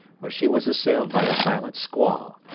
where she was assailed by a violent squall.